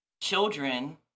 children